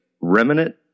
remnant